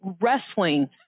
wrestling